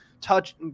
touch